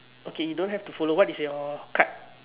okay you don't have to follow what is your card